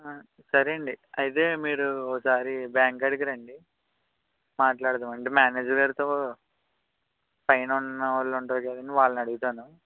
సరే అండి అదే మీరు ఒకసారి బ్యాంకు కాడికి రండి మాట్లాడదాం అండి మేనేజర్ గారితో పైన ఉన్న వాళ్ళు ఉంటారు కదండి వాళ్ళని అడుగుతాను